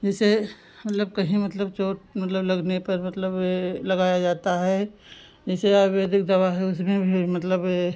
जैसे मतलब कहीं मतलब चोट मतलब लगने पर मतलब यह लगाया जाता है जैसे आयुर्वेदिक दवा है उसमें भी मतलब ए